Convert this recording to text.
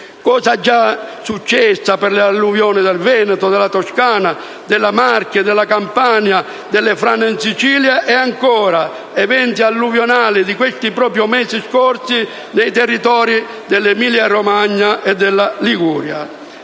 resto già successa per le alluvioni del Veneto, della Toscana, delle Marche e della Campania, per le frane in Sicilia o, ancora, per gli eventi alluvionali dei mesi scorsi nei territori dell'Emilia-Romagna e della Liguria.